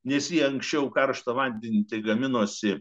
nes jei anksčiau karštą vandenį gaminosi